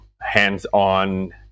hands-on